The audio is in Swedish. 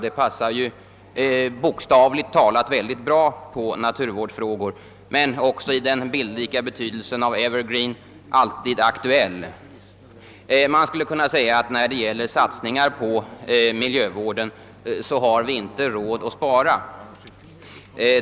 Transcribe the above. Det passar ju bokstavligt mycket bra på naturvårdsfrågor, men den mera bildliga betydelsen »alltid aktuell» är vad jag närmast åsyftar. När det gäller satsningar på miljövården har vi inte råd att spara.